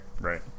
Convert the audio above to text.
Right